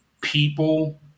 people